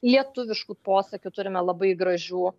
lietuviškų posakių turime labai gražių